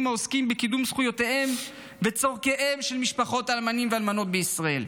העוסקים בקידום זכויותיהן וצורכיהן של משפחות האלמנים והאלמנות בישראל,